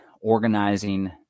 organizing